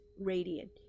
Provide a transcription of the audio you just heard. radiant